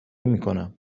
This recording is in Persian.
میکنم